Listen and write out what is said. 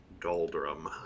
doldrum